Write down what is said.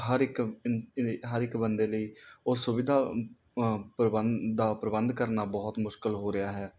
ਹਰ ਇੱਕ ਹਰ ਇੱਕ ਬੰਦੇ ਲਈ ਉਹ ਸੁਵਿਧਾ ਪ੍ਰਬੰਧ ਦਾ ਪ੍ਰਬੰਧ ਕਰਨਾ ਬਹੁਤ ਮੁਸ਼ਕਲ ਹੋ ਰਿਹਾ ਹੈ